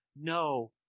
no